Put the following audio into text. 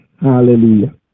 Hallelujah